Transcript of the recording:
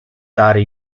dare